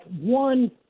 one